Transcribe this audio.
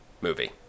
movie